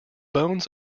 bones